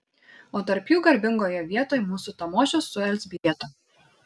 o tarp jų garbingoje vietoj mūsų tamošius su elzbieta